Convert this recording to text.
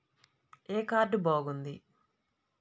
ఏ card బాగుంది?